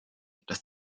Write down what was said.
das